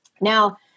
Now